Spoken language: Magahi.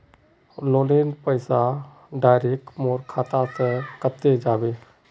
लोनेर पैसा डायरक मोर खाता से कते जाबे?